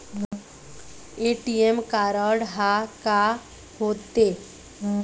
ATM card हा का होते?